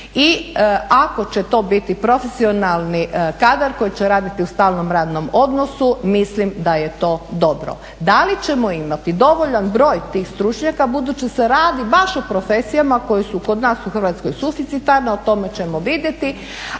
i ako će to biti profesionalni kadar koji će raditi u stalnom radnom odnosu mislim da je to dobro. Da li ćemo imati dovoljan broj tih stručnjaka budući se radi baš o profesijama koje su kod nas u Hrvatskoj suficitarne o tome ćemo vidjeti,